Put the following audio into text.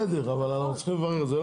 בסדר, אבל אנחנו צריכים לברר את זה.